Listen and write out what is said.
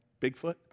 Bigfoot